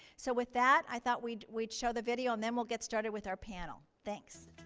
so with that, i thought we'd we'd show the video and then we'll get started with our panel. thanks.